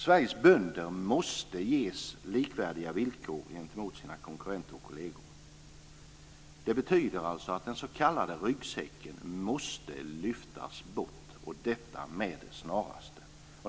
Sveriges bönder måste ges likvärdiga villkor gentemot sina konkurrenter och kolleger. Det betyder att den s.k. ryggsäcken måste lyftas bort med det snaraste.